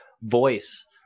voice